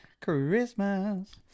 Christmas